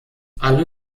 alle